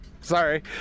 Sorry